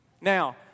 Now